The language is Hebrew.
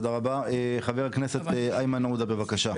חבר הכנסת איימן עודה, בבקשה.